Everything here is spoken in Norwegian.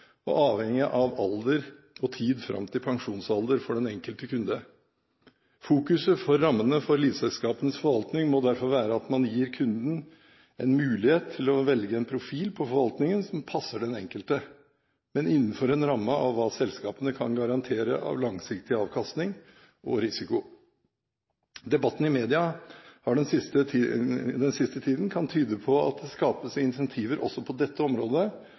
og avhenge av alder og tid fram til pensjonsalder. Fokuset når det gjelder rammene for livselskapenes forvaltning, må derfor være å gi kunden en mulighet til å velge en profil på forvaltningen som passer den enkelte, men innenfor en ramme av hva selskapene kan garantere av langsiktig avkastning og risiko. Debatten i media den siste tiden kan tyde på at det skapes incentiver også på dette området